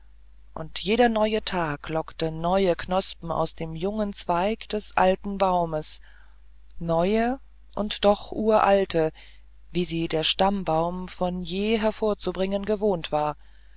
und jeder neue tag lockte neue knospen aus dem jungen zweig des alten baumes neue und doch uralte wie sie der stammbaum von je hervorzubringen gewohnt war